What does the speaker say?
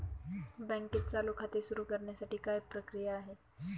बँकेत चालू खाते सुरु करण्यासाठी काय प्रक्रिया आहे?